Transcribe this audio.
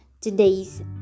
today's